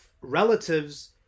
relatives